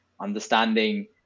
understanding